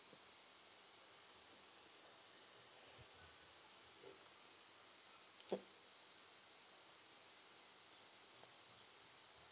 mm